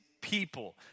people